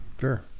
sure